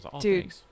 Dude